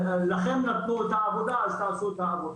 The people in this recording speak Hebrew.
לכם נתנו את העבודה, אז תעשו את העבודה.